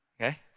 okay